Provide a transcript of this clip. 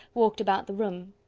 walked about the room.